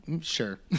Sure